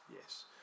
yes